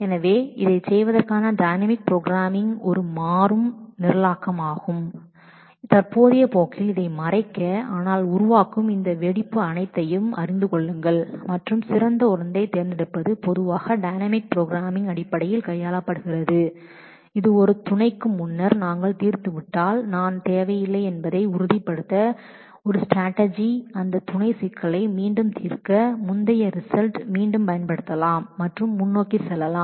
எனவே இதைச் செய்வதற்கான டைனமிக் ப்ரோக்ராம்மிங் என்பதில் ஒரு பொதுவான ஸ்ட்ராட்டஜி தற்போதைய போக்கில் அதை கவர் செய்ய முடியாது ஆனால் மாற்றுவழிகள் உருவாக்கும் அனைத்தையும் அறிந்து கொள்ளுங்கள் மற்றும் சிறந்த ஒன்றைத் தேர்ந்தெடுப்பது பொதுவாக டைனமிக் ப்ரோக்ராம்மிங் அடிப்படையில் கையாளப்படுகிறது இது ஒரு ஸ்ட்ராட்டஜி முன்னர் நாங்கள் தீர்த்துவிட்டால் நான் துணை சிக்கலை மீண்டும் தீர்க்க அந்த முந்தைய ரிசல்ட் மீண்டும் பயன்படுத்தலாம் மற்றும் முன்னோக்கி செல்லலாம்